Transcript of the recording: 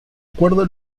acuerdo